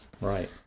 Right